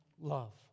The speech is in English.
love